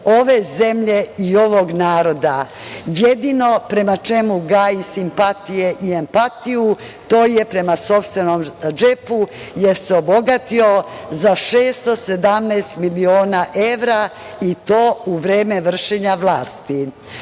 ove zemlje i ovog naroda. Jedino prema čemu gaji simpatije i empatiju, to je prema sopstvenom džepu, jer se obogatio za 617 miliona evra i to u vreme vršenja vlasti. Sada